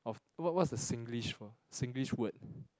of what what what's the Singlish for Singlish word